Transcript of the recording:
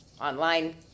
online